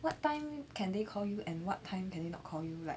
what time can they call you and what time can they not call you like